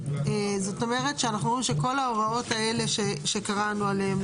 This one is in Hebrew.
זאת אומרת שאנחנו אומרים שכל ההוראות האלה שקראנו עליהם,